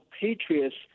patriots